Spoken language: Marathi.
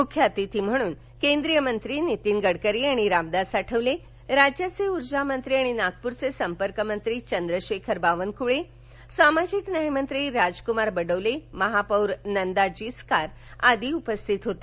मुख्य अतिथी म्हणून केंद्रीय मंत्री नीतीन गडकरी आणि रामदास आठवले राज्याचे ऊर्जामंत्री आणि नागपूरचे संपर्कमंत्री चंद्रशेखर बावनकुळे सामाजिकन्यायमंत्री राजकुमार बडोले महापौर नंदा जिचकार आदी उपस्थित होते